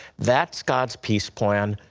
that is god's peace plan.